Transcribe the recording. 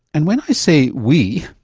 and when i say we,